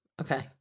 Okay